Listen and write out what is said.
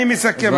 אני מסכם, אדוני.